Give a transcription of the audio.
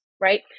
right